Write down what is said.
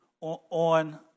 on